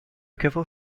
caveau